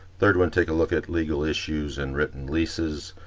third one take a look at legal issues and written leases,